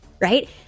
Right